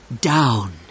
down